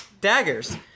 daggers